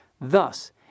Thus